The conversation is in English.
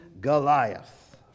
Goliath